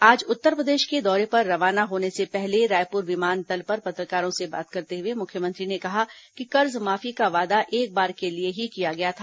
आज उत्तरप्रदेश के दौरे पर रवाना होने से पहले रायपुर विमानतल पर पत्रकारों से बात करते हुए मुख्यमंत्री ने कहा कि कर्जमाफी का वादा एक बार के लिए ही किया गया था